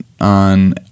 on